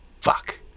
Fuck